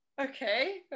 Okay